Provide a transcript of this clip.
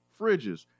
fridges